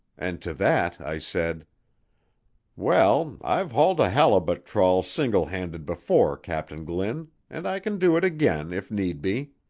and to that i said well, i've hauled a halibut trawl single-handed before, captain glynn, and i can do it again if need be.